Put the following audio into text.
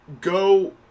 go